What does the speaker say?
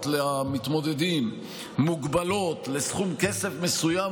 למתמודדים מוגבלות לסכום כסף מסוים,